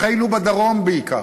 לכל אחינו בדרום בעיקר,